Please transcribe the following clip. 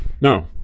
No